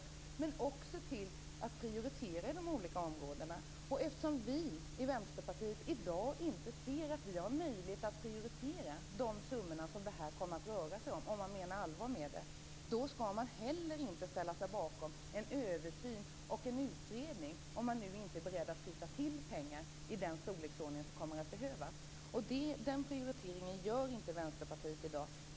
Men vi måste också kunna prioritera inom de olika områdena. Och eftersom vi i Vänsterpartiet i dag inte ser att vi har möjlighet att prioritera de summor som detta kommer att röra sig om, om man menar allvar med det, då skall man inte heller ställa sig bakom en översyn och en utredning, om man inte är beredd att skjuta till pengar i den storleksordning som kommer att behövas. Den prioriteringen gör inte Vänsterpartiet i dag.